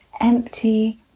empty